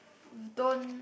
don't